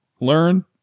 learn